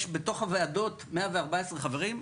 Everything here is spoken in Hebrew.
יש בתוך הוועדות 114 חברים,